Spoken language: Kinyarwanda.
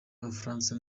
b’abafaransa